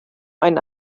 ein